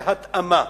בהתאמה,